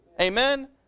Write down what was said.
Amen